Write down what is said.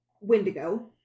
Wendigo